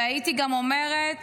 והייתי גם אומרת,